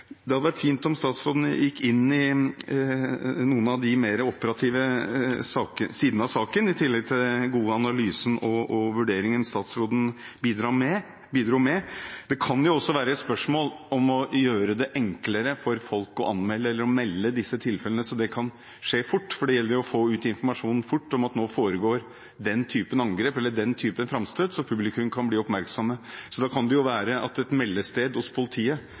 noen av de mer operative sidene av saken, i tillegg til den gode analysen og vurderingen han bidro med. Det kan også være spørsmål om å gjøre det enklere for folk å anmelde eller å melde disse tilfellene, og at det kan skje fort, for det gjelder å få fort ut informasjonen om at nå foregår den typen angrep eller den typen framstøt, slik at publikum kan bli oppmerksom på det. Da kan det være at et meldested hos politiet,